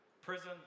prison